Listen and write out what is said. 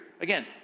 Again